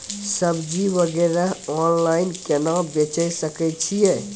सब्जी वगैरह ऑनलाइन केना बेचे सकय छियै?